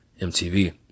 MTV